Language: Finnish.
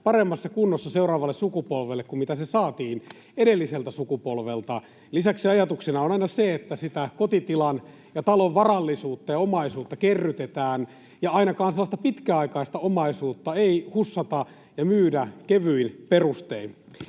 paremmassa kunnossa kuin millaisena se saatiin edelliseltä sukupolvelta. Lisäksi ajatuksena on aina se, että sitä kotitilan ja ‑talon varallisuutta ja omaisuutta kerrytetään ja ainakaan sellaista pitkäaikaista omaisuutta ei hussata ja myydä kevyin perustein.